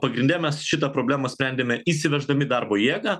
pagrinde mes šitą problemą sprendėme įsiveždami darbo jėgą